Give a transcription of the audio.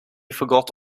forgot